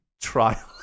trial